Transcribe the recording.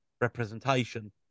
representation